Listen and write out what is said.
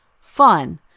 Fun